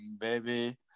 baby